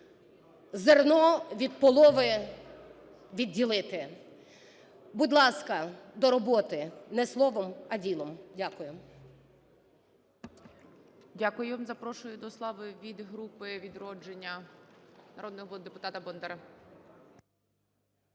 зерно від полови відділити. Будь ласка, до роботи не словом, а ділом. Дякую.